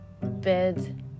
bed